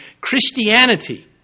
Christianity